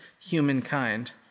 humankind